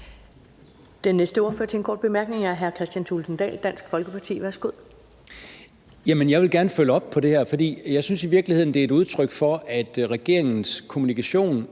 Den næste ordfører til en kort bemærkning er hr. Kristian Thulesen Dahl, Dansk Folkeparti. Værsgo. Kl. 13:11 Kristian Thulesen Dahl (DF): Jeg vil gerne følge op på det her, for jeg synes i virkeligheden, det er et udtryk for, at regeringens kommunikation